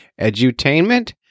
Edutainment